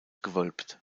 gewölbt